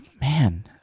Man